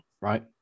right